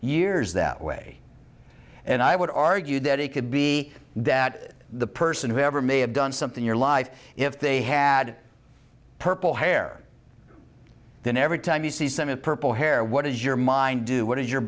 years that way and i would argue that it could be that the person whoever may have done something your life if they had purple hair then every time you see some of purple hair what does your mind do what does your